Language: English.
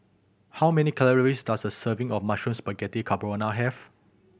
how many calories does a serving of Mushroom Spaghetti Carbonara have